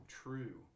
true